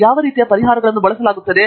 ಯಾವ ರೀತಿಯ ಪರಿಹಾರಗಳನ್ನು ಬಳಸಲಾಗುತ್ತಿದೆ